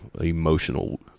emotional